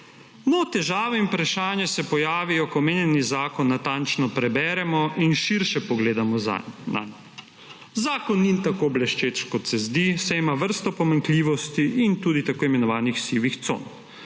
No, težave in vprašanja se pojavijo, ko omenjeni zakon natančno preberemo in širše pogledamo nanj. Zakon ni tako bleščeč, kot se zdi, saj ima vrsto pomanjkljivosti in tudi tako imenovanih sivih con.